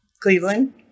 Cleveland